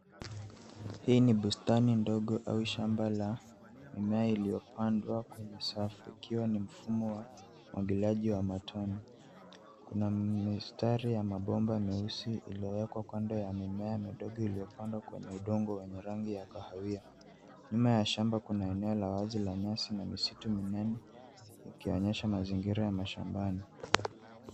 Hii ni bustani ndogo au shamba la mimea iliyopandwa kwenye safu ikiwa ni mfumo wa umwagiliaji wa matone. Kuna mistari ya mabomba meusi iliyowekwa kando ya mimea midogo iliyopandwa kwenye udongo wa rangi ya kahawia. Nyuma ya shamba kuna eneo la wazi lenye nyasi na misitu minene ikionyesha mazingira ya mashambani.